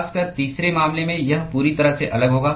खासकर तीसरे मामले में यह पूरी तरह से अलग होगा